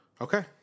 Okay